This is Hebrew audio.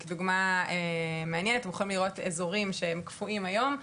הם יכולים לראות אזורים שהם קפואים היום,